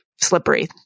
slippery